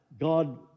God